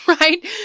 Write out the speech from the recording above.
right